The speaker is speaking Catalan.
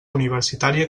universitària